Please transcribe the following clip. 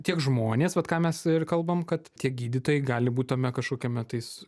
tiek žmonės vat ką mes ir kalbam kad tiek gydytojai gali būt tame kažkokiame tais